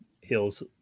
hills